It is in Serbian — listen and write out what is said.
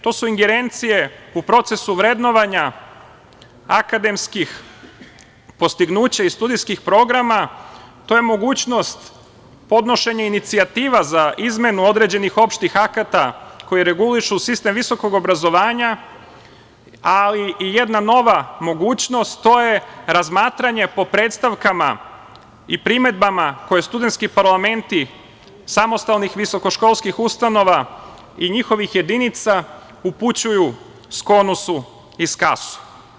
To su ingerencije u procesu vrednovanja akademskih postignuća i studentskih programa, to je mogućnost podnošenja inicijativa za izmenu određenih opštih akata koji regulišu sistem visokog obrazovanja, ali i jedna nova mogućnost, a to je razmatranje po predstavkama i primedbama koje studentski parlamenti samostalnih visokoškolskih ustanova i njihovih jedinica upućuju SKONUS-u i SKAS-u.